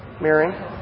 mirroring